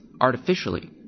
artificially